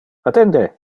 attende